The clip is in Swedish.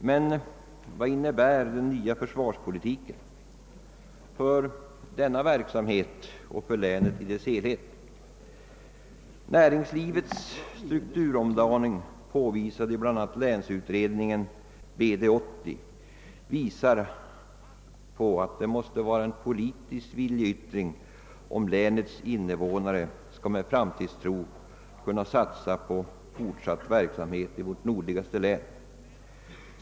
Men vad innebär den nya försvarspolitiken för denna verksamhet och för länet i dess helhet? Näringslivets strukturomdaning, påvisad i bl.a. länsutredningen BD 80, visar på att det måste till en politisk viljeyttring, om länets invånare med framtidstro skall kunna satsa på fortsatt verksamhet i vårt nordligaste län.